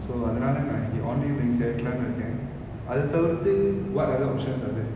so அதனால நா இனி:athanala na ini onion rings எடுக்கலானு இருக்கன் அத தவிர்த்து:edukkalanu irukkan atha thavirthu what other options are there